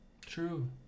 True